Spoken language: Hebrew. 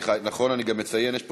לא צריך פה שר,